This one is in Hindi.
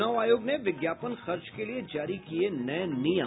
चुनाव आयोग ने विज्ञापन खर्च के लिए जारी किए नये नियम